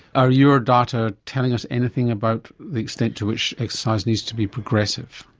are your data telling us anything about the extent to which exercise needs to be progressive?